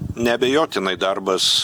neabejotinai darbas